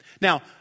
Now